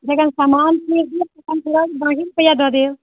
जखन समान फेर देब तखन तुरंत बाॅंकी रूपैआ दऽ देब